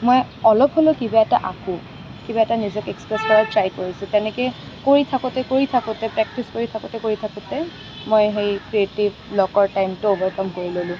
মই অলপ হ'লেও কিবা এটা আঁকো কিবা এটা নিজকে এক্সপ্ৰেছ কৰাৰ ট্ৰাই কৰিছোঁ তেনেকৈ কৰি থাকোঁতে কৰি থাকোঁতে প্ৰেক্টিছ কৰি থাকোঁতে কৰি থাকোঁতে মই সেই ক্ৰিয়েটিভ ব্লকৰ পইণ্টটো অভাৰকম কৰি ল'লোঁ